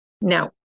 Now